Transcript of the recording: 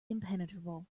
impenetrable